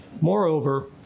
Moreover